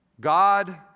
God